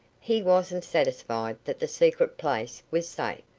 he wasn't satisfied that the secret place was safe.